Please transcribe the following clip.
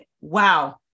wow